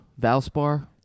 Valspar